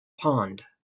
pond